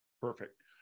Perfect